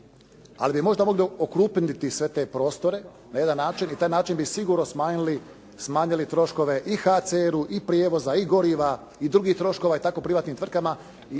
Ali bi možda mogli okrupniti sve te prostore na jedan način i na taj način bi sigurno smanjili troškove i HCR-u i prijevoza i goriva i drugih troškova i tako privatnim tvrtkama,